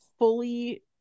fully